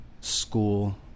school